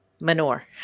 manure